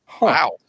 Wow